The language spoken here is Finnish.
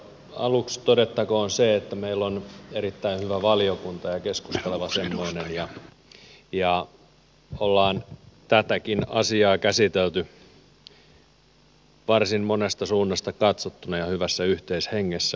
aluksi todettakoon se että meillä on erittäin hyvä valiokunta ja keskusteleva semmoinen ja olemme tätäkin asiaa käsitelleet varsin monesta suunnasta katsottuna ja hyvässä yhteishengessä